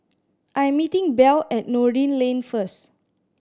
I am meeting Belle at Noordin Lane first